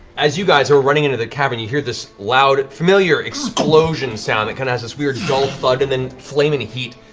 as you guys are running into the cavern, you hear this loud, familiar explosion sound that kind of has this weird dull thud. and then flaming heat.